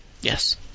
Yes